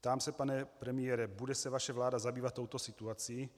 Ptám se, pane premiére, bude se vaše vláda zabývat touto situací?